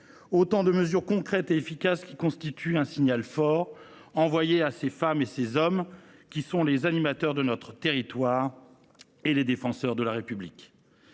autant de mesures concrètes et efficaces qui constituent un signal fort envoyé à ces femmes et à ces hommes, qui sont les animateurs de nos territoires et les défenseurs de la République.